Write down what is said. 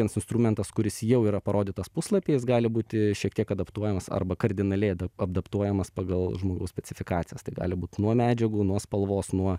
instrumentas kuris jau yra parodytas puslapyje jis gali būti šiek tiek adaptuojamas arba kardinaliai adaptuojamas pagal žmogaus specifikacijas tai gali būt nuo medžiagų nuo spalvos nuo